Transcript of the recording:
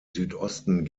südosten